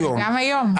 היום,